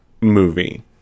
movie